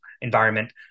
environment